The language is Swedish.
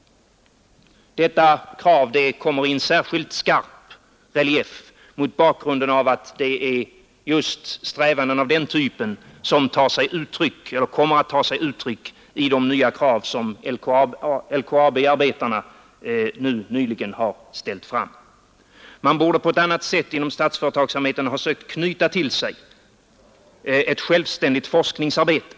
Detta krav får en särskild relief mot bakgrunden av att det är just strävanden av den typen som kommit till uttryck i de nya krav som LKAB-arbetarna nyligen har lagt fram. Man borde inom statsföretagsamheten på ett annat sätt ha sökt knyta till sig ett självständigt forskningsarbete.